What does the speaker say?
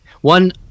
one